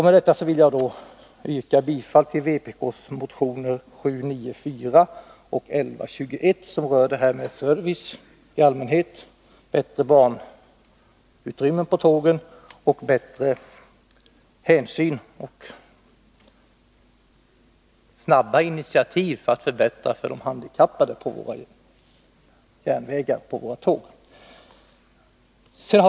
Med detta vill jag yrka bifall till vpk:s motioner 794 och 1121, som rör service på tågen i allmänhet, bättre barnutrymmen och större hänsynstagan de samt snabba initiativ för att förbättra förhållandena för de handikappade på våra tåg.